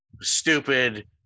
stupid